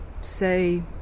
say